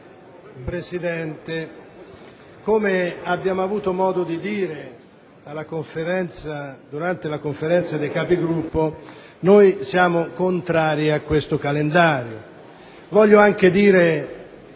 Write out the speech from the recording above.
Presidente, come abbiamo avuto modo di esprimere già durante la Conferenza dei Capigruppo, noi siamo contrari a questo calendario.